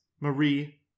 Marie